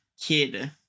kid